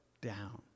down